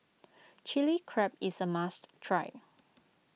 Chili Crab is a must try